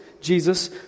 Jesus